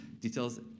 details